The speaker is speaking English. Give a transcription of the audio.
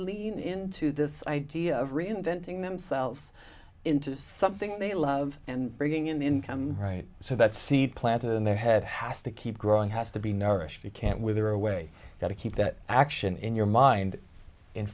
lean into this idea of reinventing themselves into something they love and bringing in the income right so that seed planted in their head has to keep growing has to be nourished you can't wither away got to keep that action in your mind